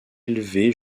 élevés